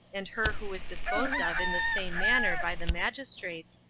and her who is disposed of in the same manner by the magistrates,